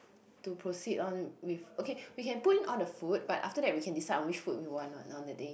to proceed on with okay we can put in all the food but after that we can decide on which food we want what on the day